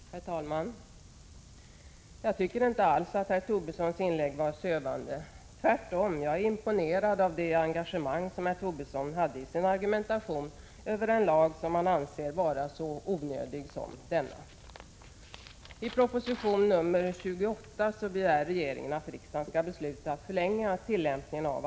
Herr talman! Jag tycker inte alls att herr Tobissons inlägg var sövande, tvärtom. Jag är imponerad av det engagemang som herr Tobisson visade i sin argumentation om en lag som han anser vara så onödig som den vi nu talar om.